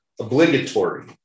obligatory